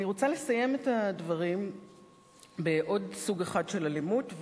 אני רוצה לסיים את הדברים בעוד סוג אחד של אלימות,